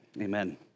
Amen